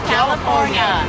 California